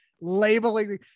labeling